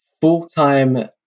full-time